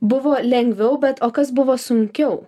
buvo lengviau bet o kas buvo sunkiau